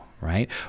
Right